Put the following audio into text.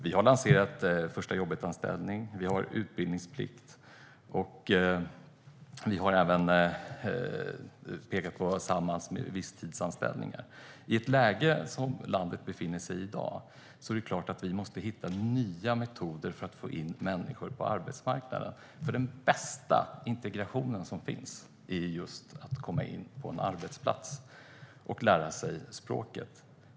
Vi har lanserat förstajobbetanställning, vi har utbildningsplikt, och vi har även pekat på visstidsanställningar. I det läge som landet i dag befinner sig i är det klart att vi måste hitta nya metoder för att få in människor på arbetsmarknaden, för den bästa integration som finns är just att komma in på en arbetsplats och lära sig språket.